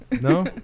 No